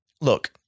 look